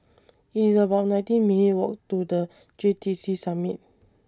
IT IS about nineteen minutes' Walk to The J T C Summit